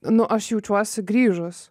nu aš jaučiuosi grįžus